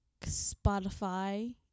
spotify